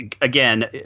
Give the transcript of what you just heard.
again